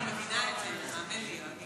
אני מבינה את זה, האמן לי.